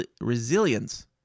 resilience